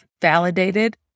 validated